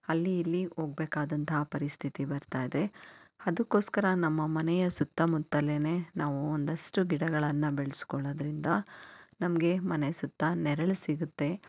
ಅಲ್ಲಿ ಇಲ್ಲಿ ಹೋಗ್ಬೇಕಾದಂತಹ ಪರಿಸ್ಥಿತಿ ಬರ್ತಾ ಇದೆ ಅದಕ್ಕೋಸ್ಕರ ನಮ್ಮ ಮನೆಯ ಸುತ್ತಮುತ್ತಲೇ ನಾವು ಒಂದಷ್ಟು ಗಿಡಗಳನ್ನು ಬೆಳೆಸ್ಕೊಳ್ಳೋದ್ರಿಂದ ನಮಗೆ ಮನೆ ಸುತ್ತ ನೆರಳು ಸಿಗುತ್ತೆ